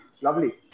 Lovely